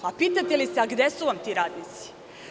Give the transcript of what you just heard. Pitate li se gde su vam ti radnici?